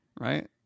Right